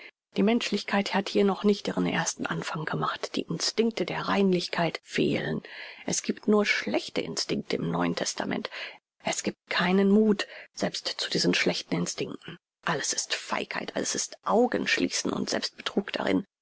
die menschlichkeit hat hier noch nicht ihren ersten anfang gemacht die instinkte der reinlichkeit fehlen es giebt nur schlechte instinkte im neuen testament es giebt keinen muth selbst zu diesen schlechten instinkten alles ist feigheit alles ist augen schließen und selbstbetrug darin